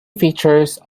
features